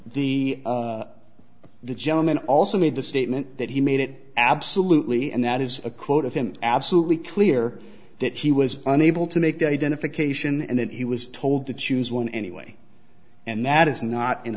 the the gentleman also made the statement that he made it absolutely and that is a quote of him absolutely clear that he was unable to make the identification and then he was told to choose one anyway and that is not